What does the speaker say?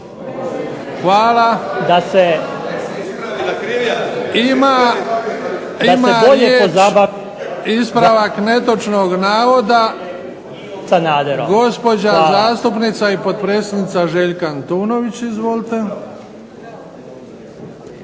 se./… Ima riječ, ispravak netočnog navoda gospođa zastupnica i potpredsjednica Željka Antunović. Izvolite.